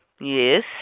Yes